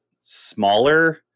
smaller